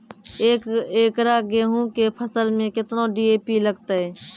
एक एकरऽ गेहूँ के फसल मे केतना डी.ए.पी लगतै?